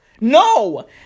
no